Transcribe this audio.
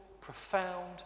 profound